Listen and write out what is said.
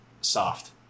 soft